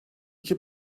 iki